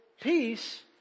peace